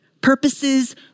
Purposes